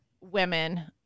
women